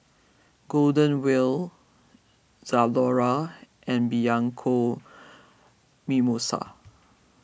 Golden Wheel Zalora and Bianco Mimosa